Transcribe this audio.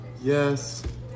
Yes